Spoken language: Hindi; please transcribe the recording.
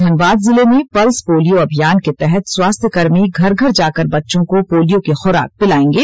धनबाद जिले पल्स पोलियो अभियान के तहत स्वास्थ्य कर्मी घर घर जाकर बच्चों को पोलियो की खूराक पिलाएंगे